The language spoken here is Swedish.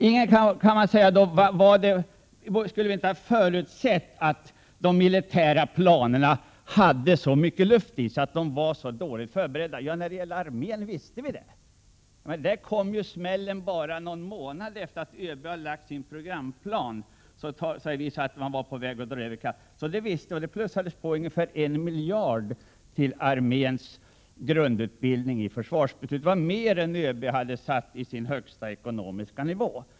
Men borde vi inte ha förutsett att de militära planerna hade så mycket luft i sig, att de var så dåligt förberedda? Ja, när det gäller armén visste vi det. Där kom ju smällen bara någon månad efter det att ÖB sommaren 1986 hade lagt fram sin programplan, och det visade sig att man höll på att dra över budgeten kraftigt. Det visste vi och ökade i försvarsbeslutet på anslaget till arméns utbildning med ungefär en miljard. Det var mer än ÖB hade satt på detta ändamål i sin högsta ekonomiska nivå.